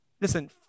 Listen